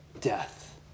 death